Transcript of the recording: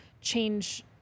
change